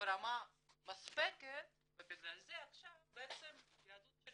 ברמה מספקת ובגלל זה עכשיו היהדות של